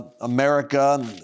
America